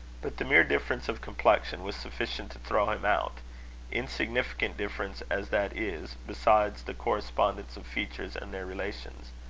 but the mere difference of complexion was sufficient to throw him out insignificant difference as that is, beside the correspondence of features and their relations.